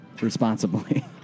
responsibly